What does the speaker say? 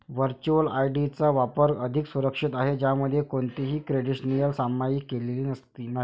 virtual ID चा वापर अधिक सुरक्षित आहे, ज्यामध्ये कोणतीही क्रेडेन्शियल्स सामायिक केलेली नाहीत